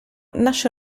nasce